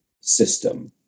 system